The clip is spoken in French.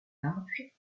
larges